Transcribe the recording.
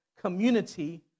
community